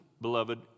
beloved